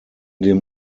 dem